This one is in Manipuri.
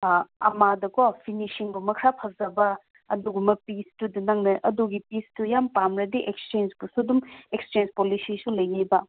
ꯑꯃꯗꯀꯣ ꯐꯤꯅꯤꯁꯤꯡꯒꯨꯝꯕ ꯈꯔ ꯐꯖꯕ ꯑꯗꯨꯒꯨꯝꯕ ꯄꯤꯁꯇꯨꯗ ꯅꯪꯅ ꯑꯗꯨꯒꯤ ꯄꯤꯁꯇꯣ ꯌꯥꯝ ꯄꯥꯝꯂꯗꯤ ꯑꯦꯛꯆꯦꯟꯁꯄꯨꯁꯨ ꯑꯗꯨꯝ ꯑꯦꯛꯆꯦꯟꯁ ꯄꯣꯂꯤꯁꯤꯁꯨ ꯂꯩꯌꯦꯕ